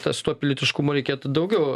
tas to pilietiškumo reikėtų daugiau